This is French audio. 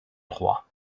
trois